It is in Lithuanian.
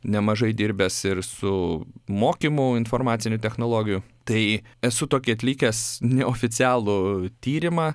nemažai dirbęs ir su mokymu informacinių technologijų tai esu tokį atlikęs neoficialų tyrimą